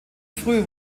früh